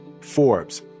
Forbes